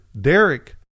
Derek